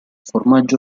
formaggio